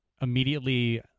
immediately